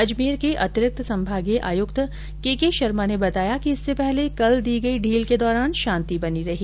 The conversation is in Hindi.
अजमेर के अतिरिक्त संभागीय आयुक्त के के शर्मा ने बताया कि इससे पहले कल दी गई ढील के दौरान शांति बनी रही